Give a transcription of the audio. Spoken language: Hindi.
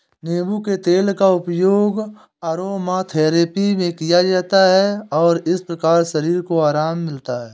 नींबू के तेल का उपयोग अरोमाथेरेपी में किया जाता है और इस प्रकार शरीर को आराम मिलता है